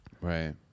right